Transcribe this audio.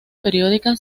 periódica